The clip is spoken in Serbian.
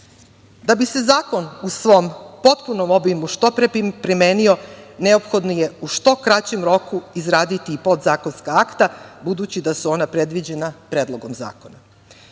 bi se zakon u svom potpunom obimu što pre primenio, neophodno je u što kraćem roku izraditi i podzakonska akta, budući da su ona predviđena predlogom zakona.I